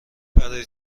برای